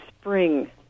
spring